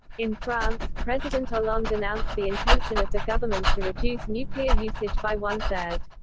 in france, president hollande announced the intention of the government to reduce nuclear usage by one third.